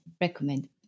recommend